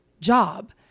job